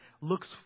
looks